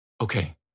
Okay